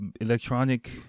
electronic